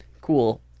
Cool